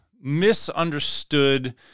misunderstood